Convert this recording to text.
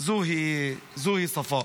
זוהי ספאא.